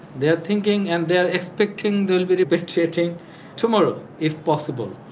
they are thinking and they're expecting they'll be. repatriating tomorrow if possible.